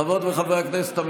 חברות וחברי הכנסת,